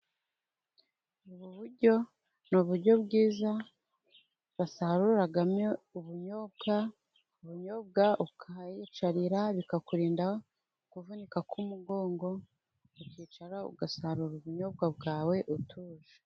Ubu buryo ni uburyo bwiza wasaruramo ubunyobwa, ubunyobwa ukiyicarira bikakurinda kuvunika k'umugongo, ukicara ugasarura ubunyobwa bwawe utuje.